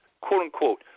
quote-unquote